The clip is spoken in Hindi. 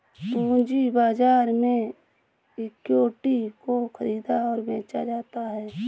पूंजी बाजार में इक्विटी को ख़रीदा और बेचा जाता है